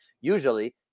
usually